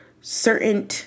certain